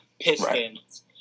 Pistons